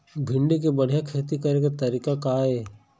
भिंडी के बढ़िया खेती करे के तरीका का हे?